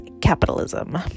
capitalism